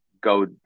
go